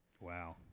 Wow